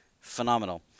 Phenomenal